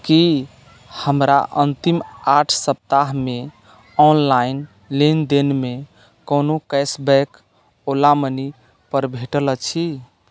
की हमरा अन्तिम आठ सप्ताहमे ऑनलाइन लेनदेनमे कोनो कैश बैक ओला मनी पर भेटल अछि